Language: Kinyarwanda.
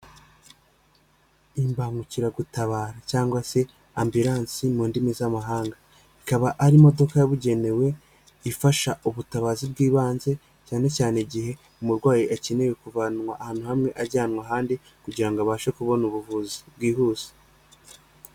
Imbaangukiragutabara cyangwa se Ambulansi mu ndimi z'amahanga, ikaba ari imodoka yabugenewe ifasha ubutabazi bw'ibanze cyane cyane igihe umurwayi akeneye kuvanwa ahantu hamwe ajyanwa ahandi kugira abashe kubona ubuvuzi bwihuse.